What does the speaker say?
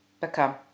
become